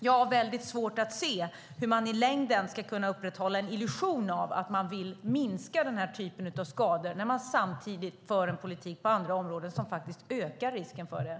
Jag har väldigt svårt att se hur man i längden ska kunna upprätthålla en illusion av att man vill minska den här typen av skador när man samtidigt för en politik på andra områden som faktiskt ökar risken för skador.